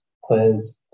quiz